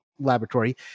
Laboratory